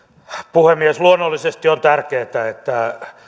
puhemies luonnollisesti on tärkeää että